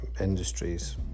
industries